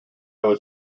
was